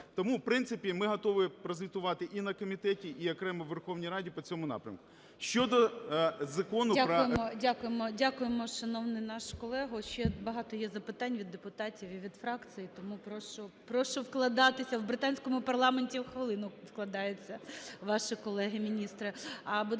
Тому, в принципі, ми готові прозвітувати і на комітеті, і окремо у Верховній Раді по цьому напрямку.